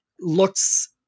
looks